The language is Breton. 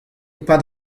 pad